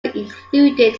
included